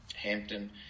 Hampton